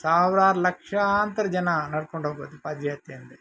ಸಾವಿರಾರು ಲಕ್ಷಾಂತರ ಜನ ನಡ್ಕೊಂಡು ಹೋಗೋದು ಪಾದಯಾತ್ರೆಯಂದರೆ